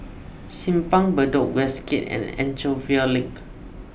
Simpang Bedok Westgate and Anchorvale Link